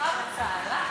בשמחה ובצהלה.